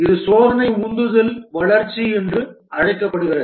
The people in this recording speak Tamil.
இது சோதனை உந்துதல் வளர்ச்சி என்று அழைக்கப்படுகிறது